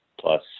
plus